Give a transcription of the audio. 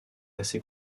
assez